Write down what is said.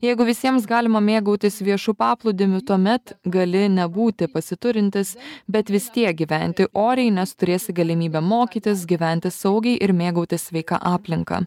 jeigu visiems galima mėgautis viešu paplūdimiu tuomet gali nebūti pasiturintis bet vis tiek gyventi oriai nes turėsi galimybę mokytis gyventi saugiai ir mėgautis sveika aplinka